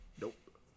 Nope